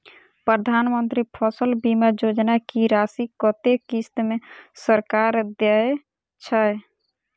प्रधानमंत्री फसल बीमा योजना की राशि कत्ते किस्त मे सरकार देय छै?